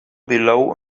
below